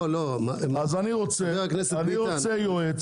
לא, לא, חבר הכנסת ביטן -- אז אני רוצה יועץ